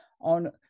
on